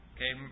Okay